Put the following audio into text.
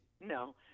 No